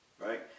right